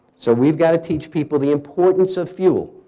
so we've got to teach people the importance of fuel.